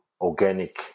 organic